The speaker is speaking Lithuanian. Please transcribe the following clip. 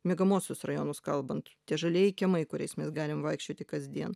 miegamuosius rajonus kalbant tie žalieji kiemai kuriais mes galim vaikščioti kasdien